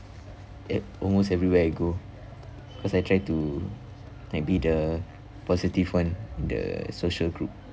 e~ almost everywhere I go cause I try to like be the positive [one] in the social group